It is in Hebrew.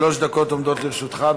שלוש דקות עומדות לרשותך.